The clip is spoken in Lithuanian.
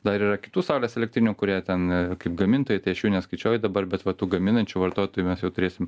dar yra kitų saulės elektrinių kurie ten kaip gamintojai tai aš jų neskaičiuoji dabar bet va tų gaminančių vartotojų mes jau turėsim